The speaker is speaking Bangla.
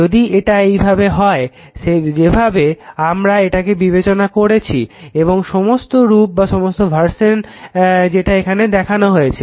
যদি এটা এইভাবে হয় যেভাবে আমার এটাকে বিবেচনা করেছি এবং সমস্ত রূপ যেটা দেখানো হয়েছে